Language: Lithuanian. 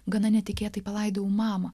gana netikėtai palaidojau mamą